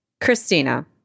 Christina